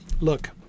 look